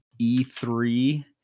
e3